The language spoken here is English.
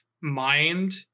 mind